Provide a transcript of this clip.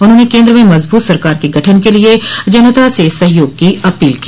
उन्होंने केन्द्र में मजबूत सरकार के गठन के लिये जनता से सहयोग की अपील की